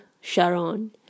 Sharon